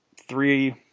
three